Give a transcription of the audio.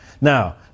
Now